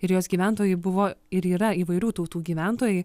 ir jos gyventojai buvo ir yra įvairių tautų gyventojai